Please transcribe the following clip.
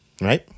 Right